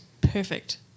perfect